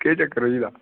केह् चक्कर होई गेदा